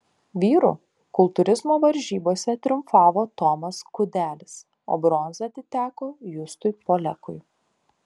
vyrų kultūrizmo varžybose triumfavo tomas kudelis o bronza atiteko justui poliakui